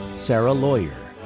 sarah loyer.